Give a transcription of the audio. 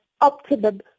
optimum